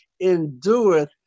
endureth